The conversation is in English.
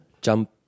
Jump